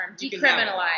Decriminalize